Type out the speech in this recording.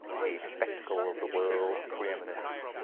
chief spectacle of the world's pre-eminence,